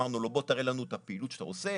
ביקשנו מהם להראות לנו את הפעילות שהם עושים,